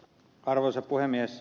arvoisa puhemies